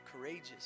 courageous